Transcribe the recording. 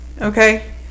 okay